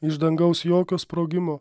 iš dangaus jokio sprogimo